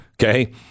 Okay